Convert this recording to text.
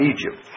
Egypt